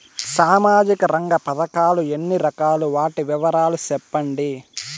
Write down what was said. సామాజిక రంగ పథకాలు ఎన్ని రకాలు? వాటి వివరాలు సెప్పండి